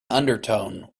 undertone